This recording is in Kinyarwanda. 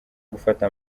gufata